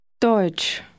Deutsch